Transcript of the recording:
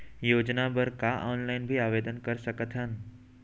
योजना बर का ऑनलाइन भी आवेदन कर सकथन?